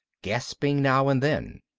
gasping now and then.